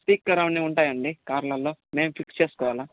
speaker అవన్నీ ఉంటాయా అండి కార్లలో మేం ఫిక్స్ చేసుకోవాలా